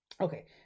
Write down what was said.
Okay